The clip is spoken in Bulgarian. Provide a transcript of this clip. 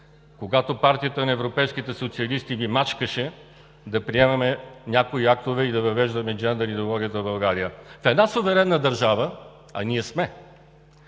когато Партията на европейските социалисти ги мачкаше да приемем някои актове и да въвеждаме джендър идеологията в България. Една суверенна държава, а ние сме,